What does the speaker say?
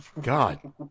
god